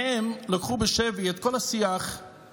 יש קומץ אנשים שהם לקחו בשבי את כל השיח הציבורי,